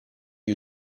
gli